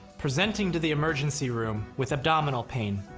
presenting to the emergency room with abdominal pain,